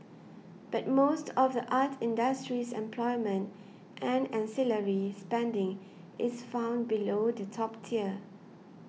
but most of the art industry's employment and ancillary spending is found below the top tier